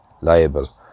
liable